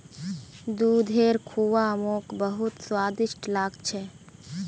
दूधेर खुआ मोक बहुत स्वादिष्ट लाग छ